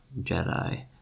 Jedi